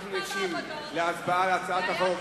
אנחנו ניגשים להצבעה על הצעת החוק.